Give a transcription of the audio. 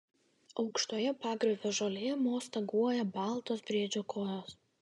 aukštoje pagriovio žolėje mostaguoja baltos briedžio kojos